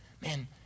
man